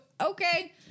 okay